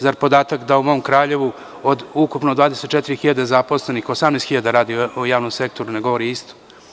Zar podatak da u mom Kraljevu od ukupno 24.000 zaposlenih, 18.000 radi u javnom sektoru ne govori isto.